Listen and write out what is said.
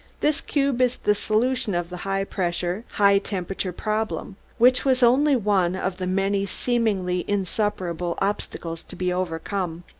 this cube is the solution of the high-pressure, high-temperature problem, which was only one of the many seemingly insuperable obstacles to be overcome.